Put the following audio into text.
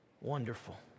wonderful